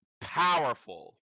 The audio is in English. powerful